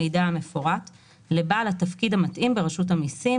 המידע המפורט) לבעל התפקיד המתאים ברשות המסים,